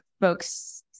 folks